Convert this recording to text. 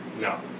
No